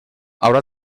haurà